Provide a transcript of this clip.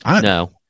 No